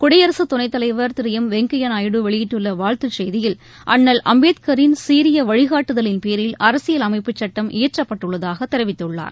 குடியரசுத் துணைத்தலைவா் திரு எம் வெங்கையா வெளியிட்டுள்ள வாழ்த்துச் செய்தியில் அண்ணல் அம்பேத்கரின் சீரிய வழிகாட்டுதலின் பேரில் அரசியல் அமைப்புச் சுட்டம் இயற்றப்பட்டுள்ளதாகத் தெரிவித்துள்ளார்